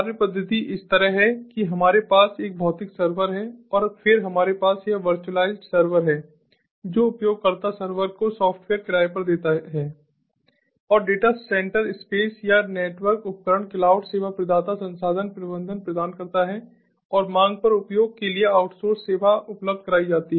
कार्य पद्धति इस तरह है कि हमारे पास एक भौतिक सर्वर है और फिर हमारे पास यह वर्चुअलाइज्ड सर्वर है जो उपयोगकर्ता सर्वर को सॉफ्टवेयर किराए पर देते हैं और डेटा सेंटर स्पेस या नेटवर्क उपकरण क्लाउड सेवा प्रदाता संसाधन प्रबंधन प्रदान करता है और मांग पर उपयोग के लिए आउटसोर्स सेवा उपलब्ध कराई जाती है